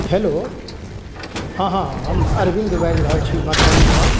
hello हँ हँ हम अरविन्द बाजि रहल छी मधुबनीसँ